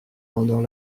pendant